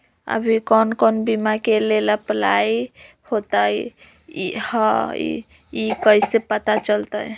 अभी कौन कौन बीमा के लेल अपलाइ होईत हई ई कईसे पता चलतई?